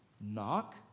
Knock